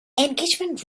engagement